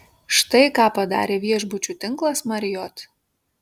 štai ką padarė viešbučių tinklas marriott